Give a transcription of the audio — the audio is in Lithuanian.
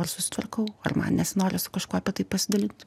ar susitvarkau ar man nesinori su kažkuo apie tai pasidalint